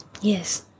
Yes